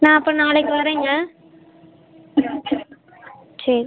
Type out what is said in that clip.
நான் அப்போ நாளைக்கு வரேங்க சரி